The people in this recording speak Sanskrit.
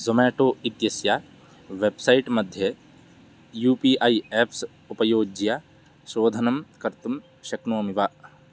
ज़ोमेटो इत्यस्य वेब्सैट् मध्ये यू पी ऐ एप्स् उपयोज्य शोधनं कर्तुं शक्नोमि वा